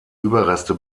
überreste